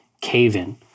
cave-in